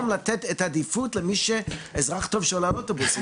לתת את העדיפות לכל אזרח טוב שעולה על אוטובוס.